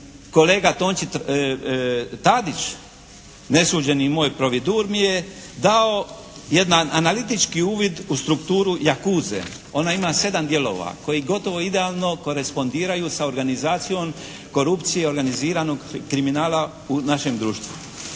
kolega Tonči Tadić, nesuđeni moj providur mi je dao jedan analitički uvid u strukturu "Jakuze". Ona ima 7 dijelova koji gotovo idealno korespondiraju sa organizacijom korupcije i organiziranog kriminala u našem društvu.